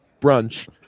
brunch